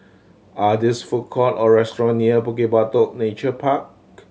are these food court or restaurant near Bukit Batok Nature Park